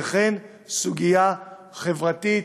וכן סוגיה חברתית,